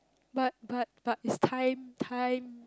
but but but is time time